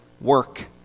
Work